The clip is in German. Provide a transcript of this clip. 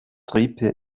treppe